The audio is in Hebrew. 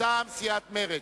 מטעם סיעת מרצ.